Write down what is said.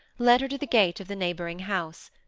led her to the gate of the neighbouring house.